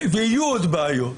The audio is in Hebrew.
ויהיו עוד בעיות,